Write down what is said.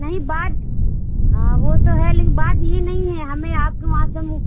نہیں بات ہاں وہ تو ہے لیکن بات یہ نہیں ہے ہمیں آپ کے وہاں سے